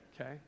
Okay